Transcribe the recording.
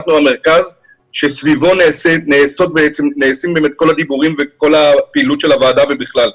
אנחנו המרכז שסביבו נעשים כל הדיבורים וכל הפעילות של הוועדה ובכלל.